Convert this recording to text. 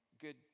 Good